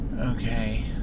okay